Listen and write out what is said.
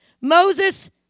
Moses